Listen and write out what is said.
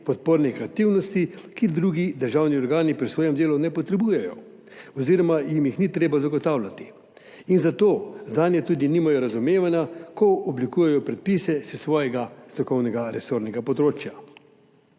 podpornih aktivnosti, ki jih drugi državni organi pri svojem delu ne potrebujejo oziroma jim jih ni treba zagotavljati in zato zanje tudi nimajo razumevanja, ko oblikujejo predpise s svojega strokovnega resornega področja.